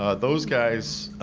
ah those guys,